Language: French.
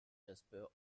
jasper